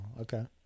Okay